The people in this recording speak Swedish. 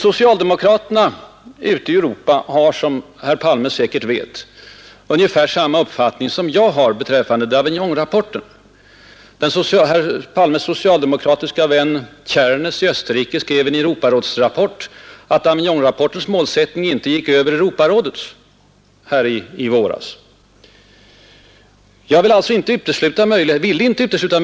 Socialdemokraterna ute i Europa har vidare, som herr Palme säkerligen vet, ungefär samma uppfattning som jag beträffande Davignonrappor 175 ten. Herr Palmes socialdemokratiske vän herr Czernetz i Österrike skrev som rapportör i Europarådets politiska kommitté i våras att Davignonrapportens målsättning inte gick utöver Europarådets.